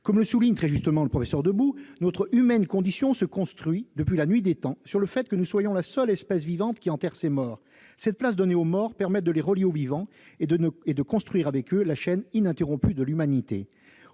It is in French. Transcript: Comme le souligne très justement le professeur Debout, « notre humaine condition se construit, depuis la nuit des temps, sur le fait que nous soyons la seule espèce vivante qui enterre ses morts ; cette place donnée aux morts permet de les relier aux vivants et de construire avec eux la chaîne ininterrompue de l'humanité